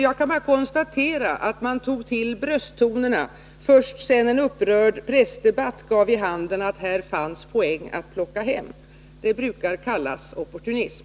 Jag kan bara konstatera att man tog till brösttonerna först sedan en upprörd pressdebatt gav vid handen att här fanns poäng att plocka hem. Det brukar kallas opportunism.